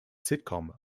sitcom